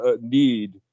need